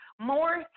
more